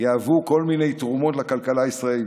ויהוו כל מיני תרומות לכלכלה הישראלית,